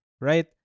right